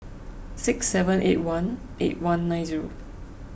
six seven eight one eight one nine zero